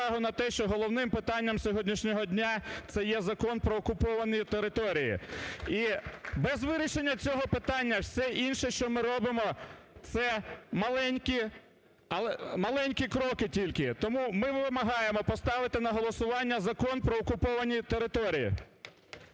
увагу на те, що головним питанням сьогоднішнього дня, це є Закон про окуповані території. І без вирішення цього питання все інше, що ми робимо, це маленькі кроки тільки. Тому ми вимагаємо поставити на голосування Закон про окуповані території.